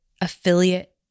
affiliate